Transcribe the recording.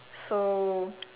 so